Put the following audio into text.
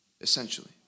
essentially